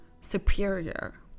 superior